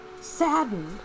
saddened